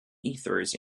ethers